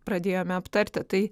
pradėjome aptarti tai